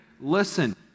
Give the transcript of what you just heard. listen